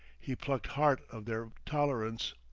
he plucked heart of their tolerance.